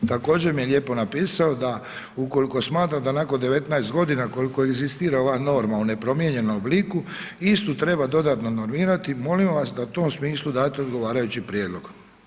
E također mi je lijepo napisao da ukoliko smatram da nakon 19 g. koliko inzistira ova norma u nepromijenjenom obliku, istu treba dodatno normirati, molim vas da u tom smislu date odgovarajući prijedlog.